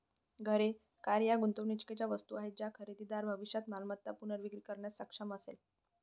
घरे, कार या गुंतवणुकीच्या वस्तू आहेत ज्याची खरेदीदार भविष्यात मालमत्ता पुनर्विक्री करण्यास सक्षम असेल